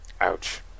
Ouch